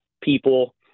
people